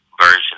version